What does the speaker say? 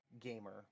gamer